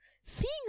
seeing